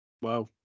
Wow